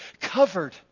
covered